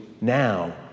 now